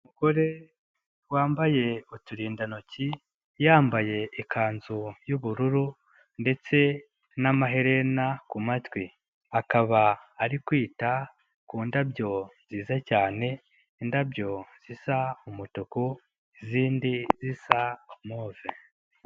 Umugore wambaye uturindantoki, yambaye ikanzu y'ubururu ndetse n'amaherena ku matwi, akaba ari kwita ku ndabyo nziza cyane, indabyo zisa umutuku, izindi zisa move.